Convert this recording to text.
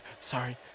Sorry